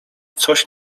coś